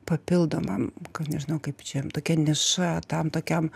papildoma kad nežinau kaip čia tokia niša tam tokiam